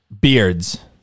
beards